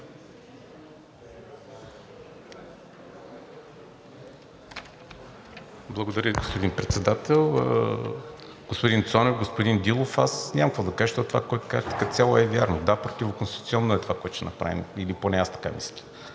Благодаря Ви, господин Председател. Господин Цонев, господин Дилов, аз нямам какво да кажа, защото това, което казахте, като цяло е вярно. Да, противоконституционно е това, което ще направим, или поне аз така мисля,